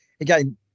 Again